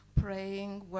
praying